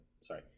sorry